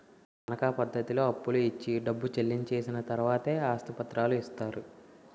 తనకా పద్ధతిలో అప్పులు ఇచ్చి డబ్బు చెల్లించి చేసిన తర్వాతే ఆస్తి పత్రాలు ఇస్తారు